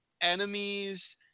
enemies